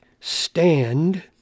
stand